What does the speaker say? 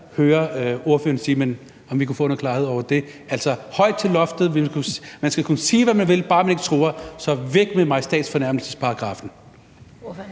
hører ordføreren sige. Mon vi kan få noget klarhed over det? Altså, der skal være højt til loftet, man skal kunne sige, hvad man vil, bare man ikke truer, så væk med majestætsfornærmelsesparagraffen.